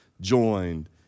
joined